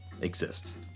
exist